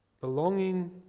Belonging